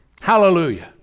Hallelujah